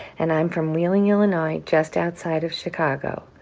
and i'm from wheeling, illinois, just outside of chicago.